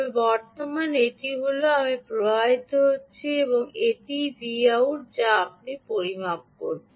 তবে এটি হল I এবং এটিই Vout যা আপনি পরিমাপ করছেন